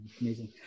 Amazing